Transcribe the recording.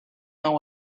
know